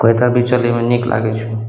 कभी काल भी चलयमे नीक लागय छै